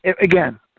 Again